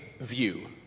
view